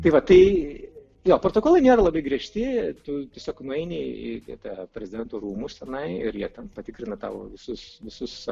tai va tai jo protokolai nėra labai griežti tu tiesiog nueini į tą prezidento rūmus tenai ir jie ten patikrina tavo visus visus